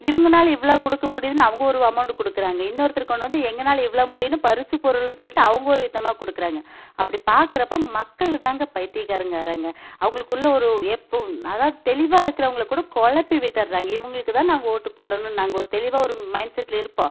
இவங்கனால் இவ்வளவு கொடுக்க முடியுதுன்னு அவங்க ஒரு அமௌண்ட் கொடுக்கறாங்க இன்னொருத்தர் கொண்டு வந்து எங்கனால் இவ்வளவு முடியும்னு பரிசு பொருள்னு சொல்லிட்டு அவங்க ஒரு விதமாக கொடுக்கறாங்க அப்படி பார்க்கறப்ப மக்களும் தாங்க பைத்தியக்காரங்கள் ஆகுறாங்க அவங்களுக்குள்ள ஒரு எப்போவும் அதாவது தெளிவாக இருக்கிறவங்கள கூட குழப்பி விட்டுடுறாங்க இவங்களுக்கு தான் நாங்கள் ஓட்டு போடணும்னு நாங்கள் ஒரு தெளிவாக ஒரு மைண்ட் செட்ல இருப்போம்